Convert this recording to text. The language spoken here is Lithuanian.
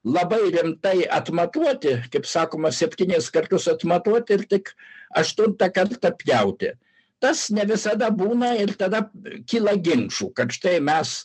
labai rimtai atmatuoti kaip sakoma septynis kartus atmatuoti ir tik aštuntą kartą pjauti tas ne visada būna ir tada kyla ginčų kad štai mes